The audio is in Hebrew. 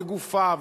לגופיו,